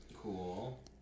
Cool